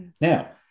Now